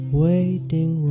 waiting